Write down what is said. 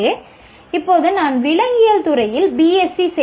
எனவே இப்போது நான் விலங்கியல் துறையில் பிஎஸ்சிB